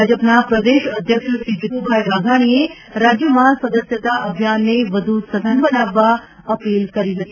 ભાજપના પ્રદેશ અધ્યક્ષ શ્રી જીતુભાઇ વાઘાણીએ રાજ્યમાં સદસ્યતા અભિયાનને વધુ સઘન બનાવવા અપીલ કરી હતી